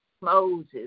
Moses